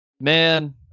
man